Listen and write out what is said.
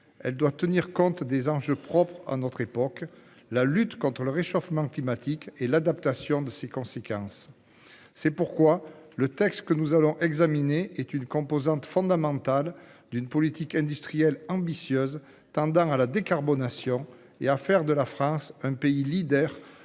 Elle doit tenir compte des enjeux propres à notre époque : la lutte contre le réchauffement climatique et l'adaptation à ses conséquences. C'est pourquoi le texte que nous allons examiner est une composante fondamentale d'une politique industrielle ambitieuse, orientée vers l'objectif de décarbonation et visant à faire de la France un pays leader